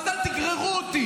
מה זה אל תגררו אותי?